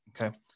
Okay